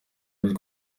byose